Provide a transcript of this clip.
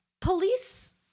police